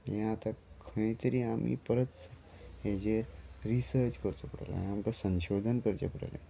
हें आतां खंय तरी आमी परत हेजेर रिसर्च करचो पडलें आमकां संशोधन करचें पडटलें